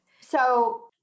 So-